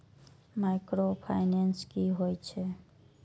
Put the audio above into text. Micro finance कि होई छै?